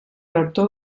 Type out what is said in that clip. rector